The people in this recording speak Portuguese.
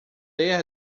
ler